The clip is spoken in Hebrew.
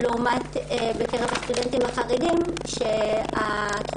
ולעומת זה בקרב הסטודנטים החרדים תחום